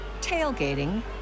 tailgating